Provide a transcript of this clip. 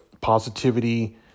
positivity